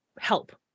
help